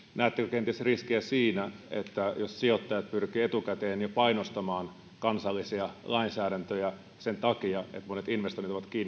kenties riskiä siinä jos sijoittajat pyrkivät jo etukäteen painostamaan kansallisia lainsäädäntöjä sen takia että monet investoinnit ovat kiinni